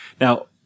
Now